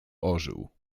ożył